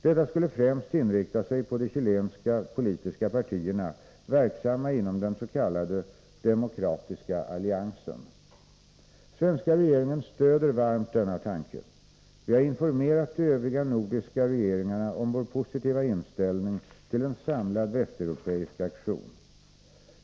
Detta skulle främst inrikta sig på de chilenska politiska partierna verksamma inom den s.k. Demokratiska alliansen. Svenska regeringen stöder varmt denna tanke. Vi har informerat de övriga nordiska regeringarna om vår positiva inställning till en samlad västeuropeisk aktion.